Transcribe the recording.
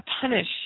punish